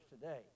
today